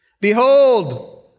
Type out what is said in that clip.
Behold